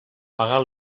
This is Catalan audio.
pagar